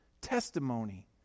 testimony